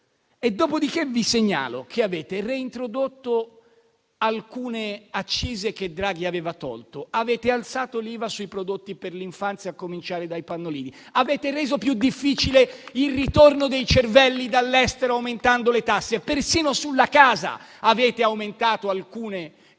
Dopodiché, vi segnalo che avete reintrodotto alcune accise che Draghi aveva tolto. Avete alzato l'IVA sui prodotti per l'infanzia, a cominciare dai pannolini; avete reso più difficile il ritorno dei cervelli dall'estero, aumentando le tasse. Persino sulla casa avete aumentato alcune